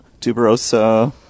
tuberosa